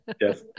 yes